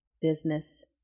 business